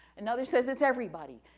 another says it's everybody,